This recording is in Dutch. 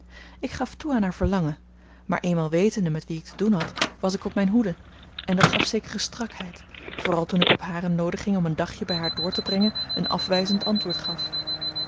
ik gaf toe aan haar verlangen maar eenmaal wetende met wie ik te doen had was ik op mijne hoede en dat gaf zekere strakheid vooral toen ik op hare noodiging om een dagje bij haar door te brengen een afwijzend antwoord gaf